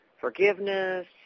forgiveness